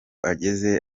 ageze